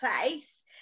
place